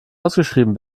ausgeschrieben